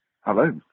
Hello